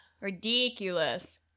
Ridiculous